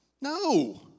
No